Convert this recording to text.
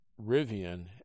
Rivian